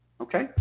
Okay